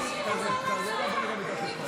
תיתנו לאנשים לבוא להצביע.